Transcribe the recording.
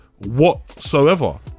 whatsoever